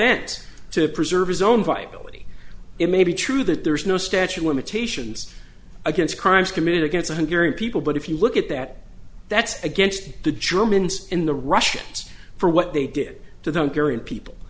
ends to preserve his own viability it may be true that there is no statue of limitations against crimes committed against hungry people but if you look at that that's against the germans and the russians for what they did to them carrying people